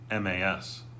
MAS